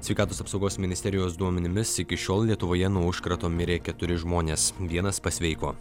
sveikatos apsaugos ministerijos duomenimis iki šiol lietuvoje nuo užkrato mirė keturi žmonės vienas pasveiko